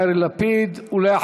יעלה חבר הכנסת יאיר לפיד, ואחריו,